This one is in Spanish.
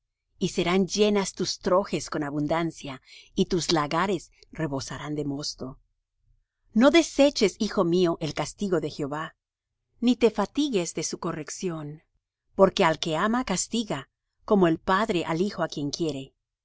y serán llenas tus trojes con abundancia y tus lagares rebosarán de mosto no deseches hijo mío el castigo de jehová ni te fatigues de su corrección porque al que ama castiga como el padre al hijo á quien quiere